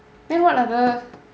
then what other